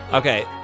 Okay